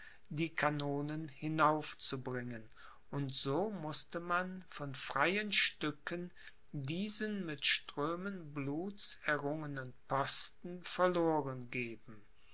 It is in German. die kanonen hinaufzubringen und so mußte man von freien stücken diesen mit strömen bluts errungenen posten verloren geben